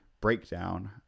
Breakdown